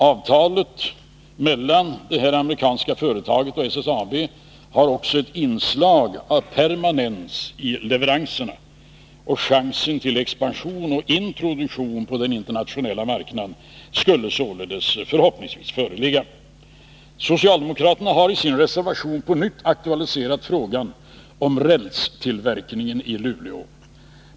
Avtalet mellan det amerikanska företaget och SSAB har också ett inslag av permanens i leveranserna. Chans till expansion och introduktion på den internationella marknaden skulle således förhoppningsvis föreligga. Socialdemokraterna har i sin reservation på nytt aktualiserat frågan om rälstillverkningen i Luleå.